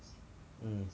mm